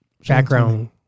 background